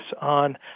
on